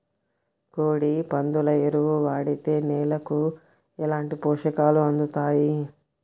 కోడి, పందుల ఎరువు వాడితే నేలకు ఎలాంటి పోషకాలు అందుతాయి